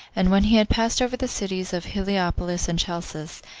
and when he had passed over the cities of heliopolis and chalcis,